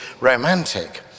romantic